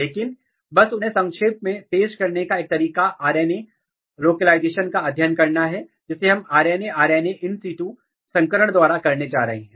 लेकिन बस उन्हें संक्षेप में पेश करने का एक तरीका आरएनए लोकलाइजेशन का अध्ययन करना है जिसे हम आरएनए आरएनए in situ संकरण द्वारा करने जा रहे हैं